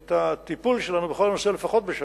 את הטיפול שלנו בכל הנושא לפחות בשנה,